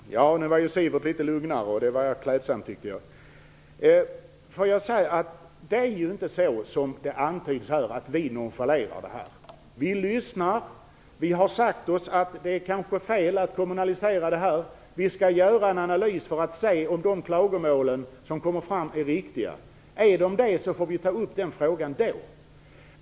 Fru talman! Nu var Sivert Carlsson litet lugnare, och det var klädsamt. Det är inte så, som här antyds, att vi nonchalerar detta. Vi lyssnar, och vi har sagt oss att det kanske är fel att kommunalisera det här. Vi skall göra en analys för att se om de klagomål som kommer fram är berättigade. Är de det, får vi ta upp den frågan.